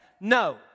No